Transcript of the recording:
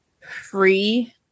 free